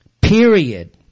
period